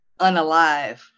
unalive